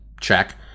check